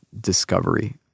discovery